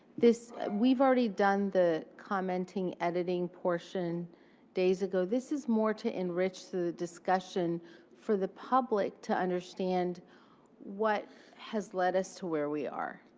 we've already done the commenting, editing portion days ago. this is more to enrich the discussion for the public to understand what has led us to where we are.